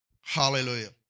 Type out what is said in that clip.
Hallelujah